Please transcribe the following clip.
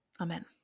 Amen